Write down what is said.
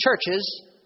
churches